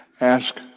ask